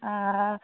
অঁ